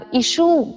issue